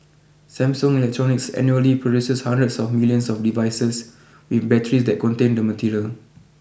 Samsung Electronics annually produces hundreds of millions of devices with batteries that contain the material